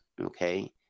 okay